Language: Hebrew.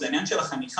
זה העניין של החניכה.